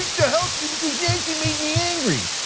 to help you because nancy made me angry.